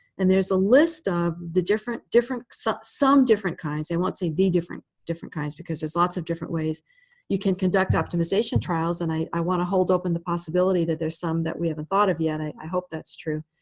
and there's a list of the different different some some different kinds i and won't say the different different kinds because there's lots of different ways you can conduct optimization trials, and i want to hold open the possibility that there's some that we haven't thought of yet. i hope that's true.